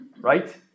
right